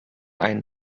einen